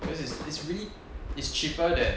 because is is really is cheaper than